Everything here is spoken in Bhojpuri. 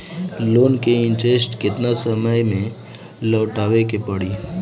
लोन के इंटरेस्ट केतना समय में लौटावे के पड़ी?